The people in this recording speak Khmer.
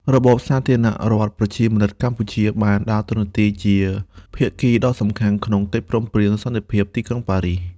របបសាធារណរដ្ឋប្រជាមានិតកម្ពុជាបានដើរតួជាភាគីដ៏សំខាន់ក្នុងកិច្ចព្រមព្រៀងសន្តិភាពទីក្រុងប៉ារីស។